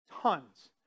tons